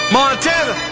Montana